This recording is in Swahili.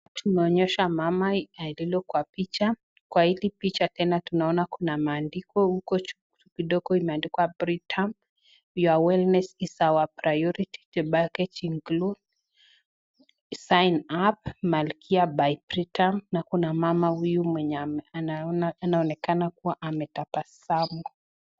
Tunaonyeshwa mama alilo kwa picha. Kwa hili picha tena tunaona kuna maandishi huko juu kidogo imeandikwa Britam your wellness is our priority.,The Pach Age include, sign up malkia by britam Na kuna mama huyu anaonekana kua ametabasamu